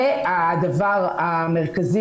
והדבר המרכזי,